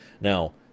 Now